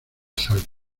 salta